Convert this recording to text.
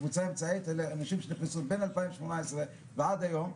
הקבוצה האמצעית אלה אנשים שנכנסו בין 2018 ועד היום,